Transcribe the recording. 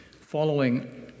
following